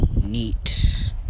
Neat